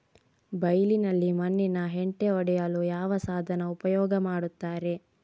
ಬೈಲಿನಲ್ಲಿ ಮಣ್ಣಿನ ಹೆಂಟೆ ಒಡೆಯಲು ಯಾವ ಸಾಧನ ಉಪಯೋಗ ಮಾಡುತ್ತಾರೆ?